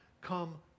come